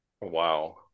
wow